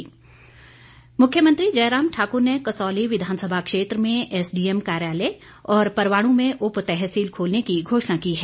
जयराम मुख्यमंत्री जयराम ठाकुर ने कसौली विधानसभा क्षेत्र में एसडीएम कार्यालय और परवाणू में उप तहसील खोलने की घोषणा की है